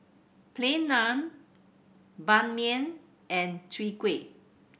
Plain Naan Ban Mian and Chwee Kueh